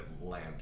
Atlanta